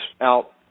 out